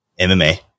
MMA